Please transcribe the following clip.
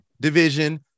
division